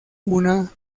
una